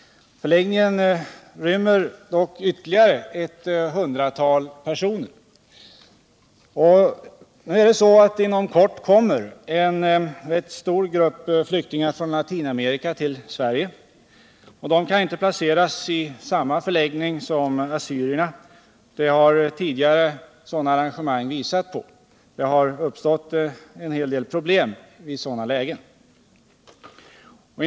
Förläggningen rymmer dock ytterligare ett hundratal personer. Inom kort kommer en rätt stor grupp flyktingar från Latinamerika till Sverige. De kan inte placeras i samma förläggning som assyrierna. Det vet man av tidigare erfarenheter. En hel del problem har uppstått när dessa folkgrupper blandats.